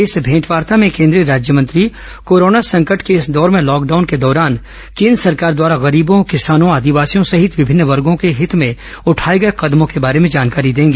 इस भेंटवार्ता में केंद्रीय राज्यमंत्री कोरोन संकट के इस दौर में लॉकडाउन के दौरान केन्द्र सरकार द्वारा गरीबों किसानों आदिवासियों सहित विभिन्न वर्गों के हित में उठाए गए कदमों के बारे में जानकारी देंगी